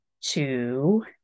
two